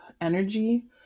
energy